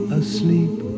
asleep